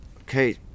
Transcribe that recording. Okay